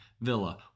Villa